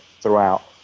throughout